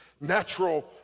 natural